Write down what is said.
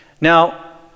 now